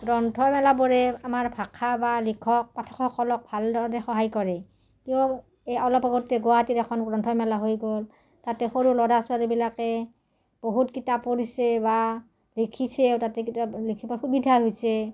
গ্ৰন্থমেলাবোৰে আমাৰ ভাষা বা লিখক পাঠকসকলক ভাল ধৰণৰে সহায় কৰে কিয় এই অলপ আগতে গুৱাহাটীৰ এখন গ্ৰন্থমেলা হৈ গ'ল তাতে সৰু ল'ৰা ছোৱালীবিলাকে বহুত কিতাপ পঢ়িছে বা লিখিছেও তাতে কিতাপত লিখিবলৈ সুবিধা হৈছে